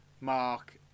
Mark